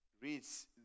reads